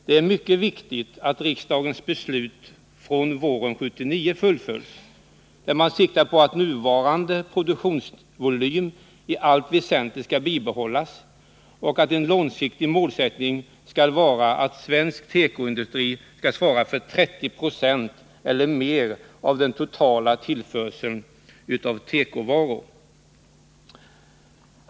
Det är mycket viktigt att riksdagens beslut våren 1979 fullföljs, vilket går ut på att den nuvarande produktionsvolymen i allt väsentligt bibehålls och att den långsiktiga målsättningen är att svensk tekoindustri skall svara för 30 96 eller mer av den totala tillförseln av tekovaror till den svenska marknaden.